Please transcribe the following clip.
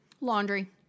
Laundry